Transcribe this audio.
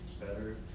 better